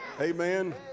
Amen